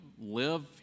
live